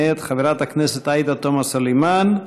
מאת חברת הכנסת עאידה תומא סלימאן.